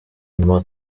inyuma